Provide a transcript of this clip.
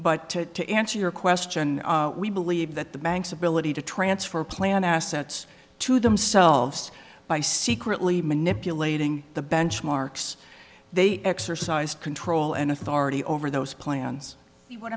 t to answer your question we believe that the banks ability to transfer plan assets to themselves by secretly manipulating the benchmarks they exercised control and authority over those plans